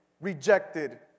rejected